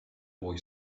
boy